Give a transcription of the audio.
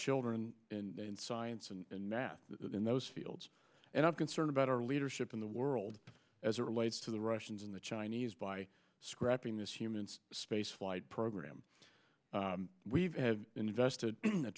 children in science and math that in those fields and i'm concerned about our leadership in the world as it relates to the russians and the chinese by scrapping this human spaceflight program we've invested a